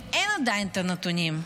ועדיין אין את הנתונים.